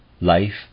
life